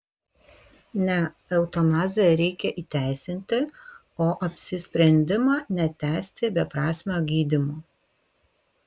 ne eutanaziją reikia įteisinti o apsisprendimą netęsti beprasmio gydymo